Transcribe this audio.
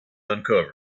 uncovered